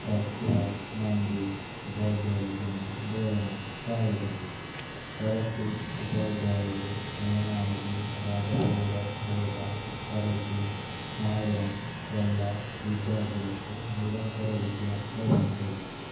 తక్కువ మంది ఉపాధ్యాయులుతోనే బోధన సాగుతుంది తరచు ఉపాధ్యాయులు నియమానికి రాకపోవడం లేదా తరచు మారడం వల్ల విద్యార్థులకు నిరంతర విద్య లభించదు